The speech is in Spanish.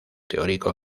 teórico